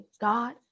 God